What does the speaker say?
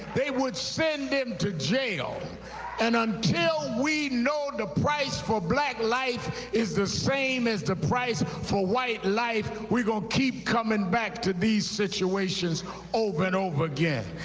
they would send them to jail and until we know the price for black life is the same as the price for white life, we're going to keep coming back to these situations over and over again.